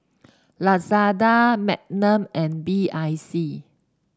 Lazada Magnum and B I C